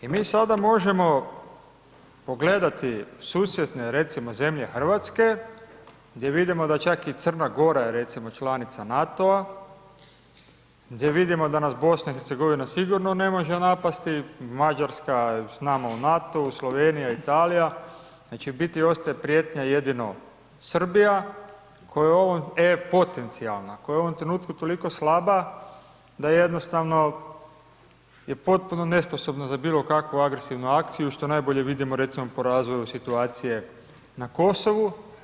I mi sada možemo pogledati susjedne recimo zemlje RH gdje vidimo da čak i Crna Gora je recimo članica NATO-a, gdje vidimo da nas BiH sigurno ne može napasti, Mađarska je s nama u NATO-u, Slovenija, Italija, znači, u biti ostaje prijetnja jedino Srbija, koja je ovom e-potencijalna, koja je u ovom trenutku toliko slaba da jednostavno je potpuno nesposobna za bilo kakvu agresivnu akciju, što najbolje vidimo recimo po razvoju situacije na Kosovu.